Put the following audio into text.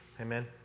Amen